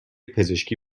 پزشکی